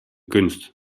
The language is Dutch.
kunst